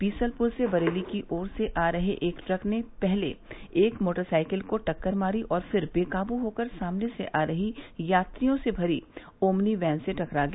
बीसलपुर से बरेली की ओर आ रहे एक ट्रक ने पहले एक मोटरसाइकिल को टक्कर मारी और फिर बेकाबू होकर सामने से आ रही यात्रियों से भरी ओमनी बैन से टकरा गया